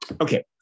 Okay